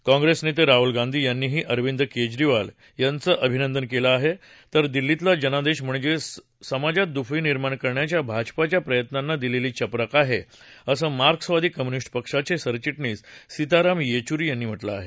काँग्रेस नेते राहुल गांधी यांनीही अरविंद केजरीवाल यांचं अभिनंदन केलं आहे तर दिल्लीतला जनादेश म्हणजे समाजात दुफळी निर्माण करण्याच्या भाजपाच्या प्रयत्नांना दिलेली चपराक आहे असं मार्क्सवादी कम्युनिस्ट पक्षाचे सरचिटणीस सिताराम येचुरी यांनी म्हटलं आहे